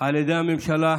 על ידי הממשלה,